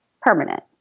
permanent